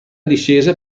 discesa